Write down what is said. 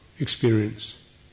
experience